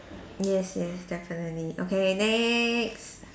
yes yes definitely okay next